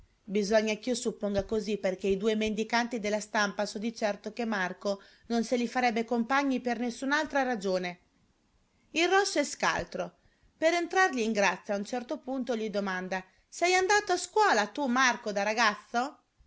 due bisogna ch'io supponga così perché i due mendicanti della stampa so di certo che marco non se li farebbe compagni per nessun'altra ragione il rosso è scaltro per entrargli in grazia a un certo punto gli domanda sei andato a scuola tu marco da ragazzo